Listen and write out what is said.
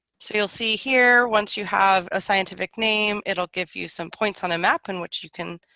so you'll see here once you have a scientific name it'll give you some points on a map in which you can